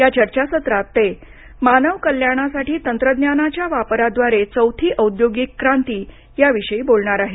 या चर्चासत्रात ते मानव कल्याणासाठी तंत्रज्ञानाच्या वापराद्वारे चौथी औद्योगिक क्रांती याविषयी बोलणार आहेत